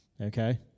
okay